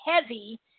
heavy